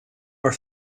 are